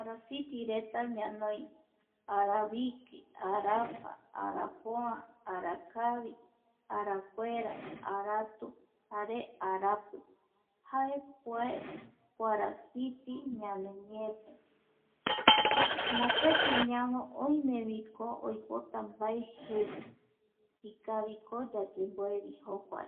Kuarasitireta ñanoi, araviki, arapa, arapoa, arakavi, arakuera, aratu, jare arapi, jae kuae kuarasiti, ñaneñeepe mopetiñavo oimeviko oipota ,mbae jei, ikaviko yayemboevi jokuare.